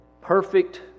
perfect